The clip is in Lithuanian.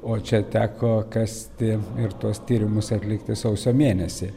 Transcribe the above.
o čia teko kasti ir tuos tyrimus atlikti sausio mėnesį